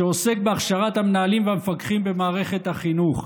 שעוסק בהכשרת המנהלים והמפקחים במערכת החינוך.